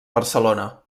barcelona